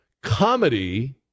comedy